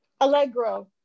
Allegro